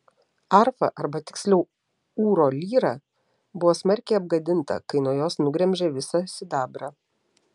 arfa ar tiksliau ūro lyra buvo smarkiai apgadinta kai nuo jos nugremžė visą sidabrą